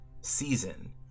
season